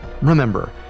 remember